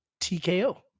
TKO